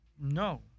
No